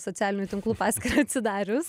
socialinių tinklų paskyrą atsidarius